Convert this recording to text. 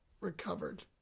recovered